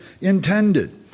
intended